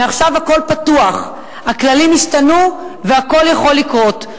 מעכשיו הכול פתוח, הכללים השתנו והכול יכול לקרות.